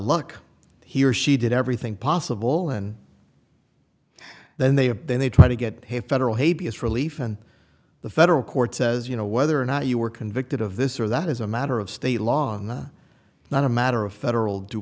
luck he or she did everything possible and then they then they try to get pay federal relief and the federal court says you know whether or not you were convicted of this or that is a matter of state along the not a matter of federal due